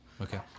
Okay